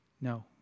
No